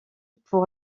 pour